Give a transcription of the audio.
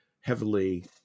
heavily